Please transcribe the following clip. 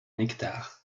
nectar